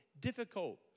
difficult